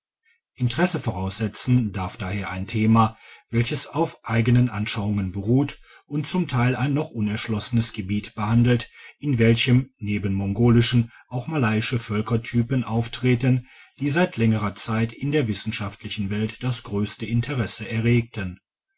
interesse voraussetzen darf daher ein thema welches auf eigenen anschauungen beruht und zum teil ein noch unerschlossenes gebiet behandelt in welchem neben mongolischen auch malayische völkertypen auftreten die seit langer zeit in der wissenschaftlichen welt das grösste interesse erregten